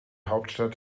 hauptstadt